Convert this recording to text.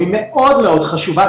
והיא מאוד מאוד חשובה,